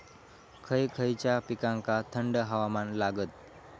खय खयच्या पिकांका थंड हवामान लागतं?